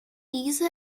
diese